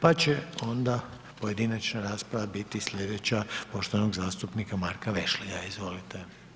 Pa će onda pojedinačna rasprava biti sljedeća poštovanog zastupnika Marka Vešligaja, izvolite.